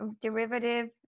derivative